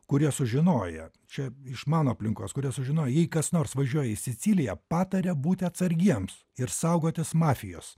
kurie sužinoję čia iš mano aplinkos kurie sužinoję jei kas nors važiuoja į siciliją pataria būti atsargiems ir saugotis mafijos